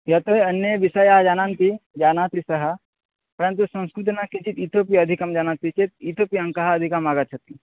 यतो हि अन्ये विषयाः जानन्ति जानाति सः परन्तु संस्कृतेन किञ्चित् इतोपि अधिकं जानाति चेत् इतोपि अङ्काः अधिकम् आगच्छन्ति